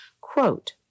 Quote